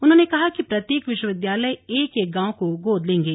उन्होंने कहा कि प्रत्येक विश्वविद्यालय एक एक गांव को गोद लेंगे